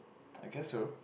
I guess so